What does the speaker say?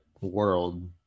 world